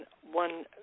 one